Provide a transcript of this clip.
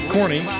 Corny